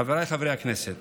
חבריי חברי הכנסת,